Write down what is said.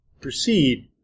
proceed